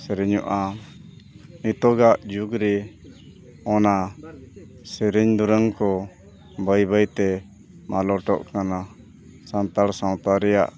ᱥᱮᱨᱮᱧᱚᱜᱼᱟ ᱱᱤᱛᱚᱜᱟᱜ ᱡᱩᱜᱽ ᱨᱮ ᱚᱱᱟ ᱥᱮᱨᱮᱧ ᱫᱩᱨᱟᱹᱝ ᱠᱚ ᱵᱟᱹᱭ ᱵᱟᱹᱭᱛᱮ ᱢᱟᱞᱚᱴᱚᱜ ᱠᱟᱱᱟ ᱥᱟᱱᱛᱟᱲ ᱥᱟᱶᱛᱟ ᱨᱮᱭᱟᱜ